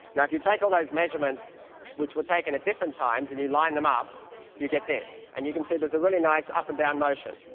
you take all those measurements which were taken at different times and you line them up you get this, and you can see there's a really nice up and down motion.